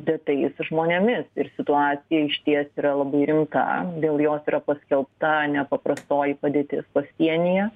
dėtais žmonėmis ir situacija išties yra labai rimta dėl jos yra paskelbta nepaprastoji padėtis pasienyje